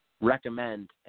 recommend